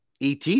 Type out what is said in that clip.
et